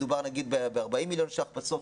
מדובר ב40 מיליון שקלים בסוף.